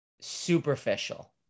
superficial